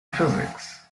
physics